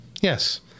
Yes